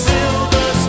Silver